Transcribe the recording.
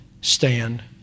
stand